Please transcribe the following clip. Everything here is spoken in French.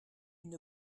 une